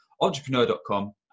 Entrepreneur.com